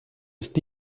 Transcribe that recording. ist